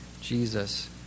Jesus